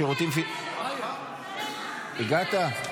הגעת,